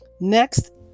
next